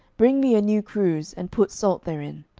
bring me a new cruse, and put salt therein.